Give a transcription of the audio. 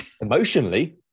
Emotionally